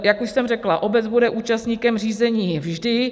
Jak už jsem řekla, obec bude účastníkem řízení vždy.